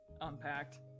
unpacked